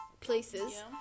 places